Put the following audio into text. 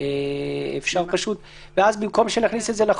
תראו, הרי תמיד אפשר לקחת את זה למקום הלא נכון,